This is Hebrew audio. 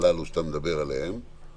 האלה שדיברנו עליהם,